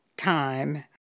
Time